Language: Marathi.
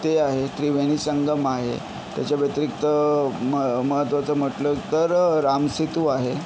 ते आहे त्रिवेणी संगम आहे त्याच्या व्यतिरिक्त मअ महत्त्वाचं म्हटलं तर रामसेतू आहे